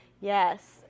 Yes